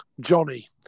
Johnny